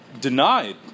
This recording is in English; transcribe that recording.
denied